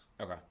Okay